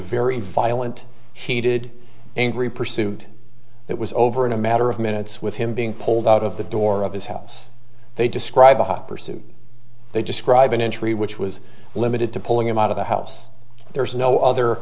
very violent heated angry pursuit that was over in a matter of minutes with him being pulled out of the door of his house they describe a hot pursuit they describe an entry which was limited to pulling him out of the house there's no other